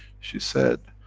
she said,